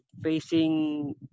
facing